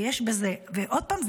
עוד פעם,